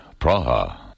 Praha